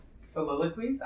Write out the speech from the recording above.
Soliloquies